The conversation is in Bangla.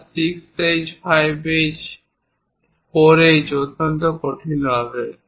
যার 6H 5H এবং 4H অত্যন্ত কঠিন হবে